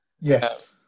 Yes